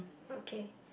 okay